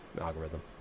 algorithm